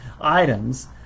items